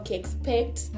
expect